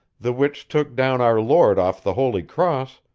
the which took down our lord off the holy cross,